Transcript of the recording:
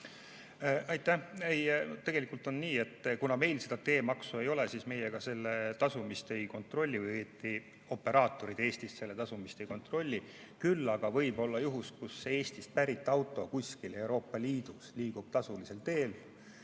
Aitäh! Ei, tegelikult on nii, et kuna meil seda teemaksu ei ole, siis meie selle tasumist ei kontrolli või õieti operaatorid Eestis selle tasumist ei kontrolli. Küll aga võib olla juhus, kus Eestist pärit auto kuskil Euroopa Liidus liigub tasulisel teel